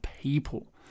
people